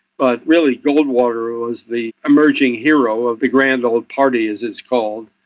but really goldwater was the emerging hero of the grand old party, as it's called,